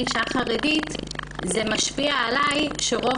עדיין בגלל שאני אישה חרדית זה משפיע עליי שרוב